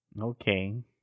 okay